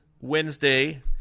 Wednesday